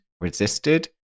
resisted